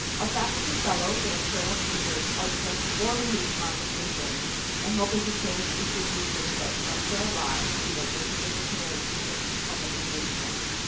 our faculty fellows and external speakers are transforming these conversations and helping to change institutions that structure our lives through their interdisciplinary research and public engagement.